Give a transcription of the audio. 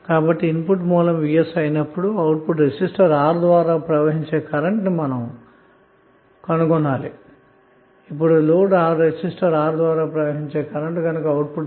కాబట్టిఇన్పుట్ మూలం vs అయితే మనం కొలిచే అవుట్పుట్ అన్నది లోడ్ రెసిస్టెన్స్ R ద్వారా ప్రవహించే కరెంటు అన్న మాట